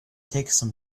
takes